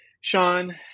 Sean